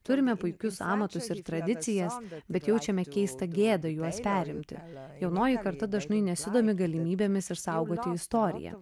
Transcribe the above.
turime puikius amatus ir tradicijas bet jaučiame keistą gėdą juos perimti jaunoji karta dažnai nesidomi galimybėmis išsaugoti istoriją